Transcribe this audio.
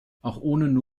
ohne